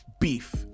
beef